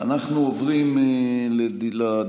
אנחנו עוברים לדיון.